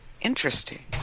Interesting